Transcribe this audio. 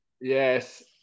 Yes